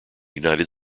united